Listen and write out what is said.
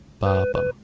barbum.